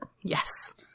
yes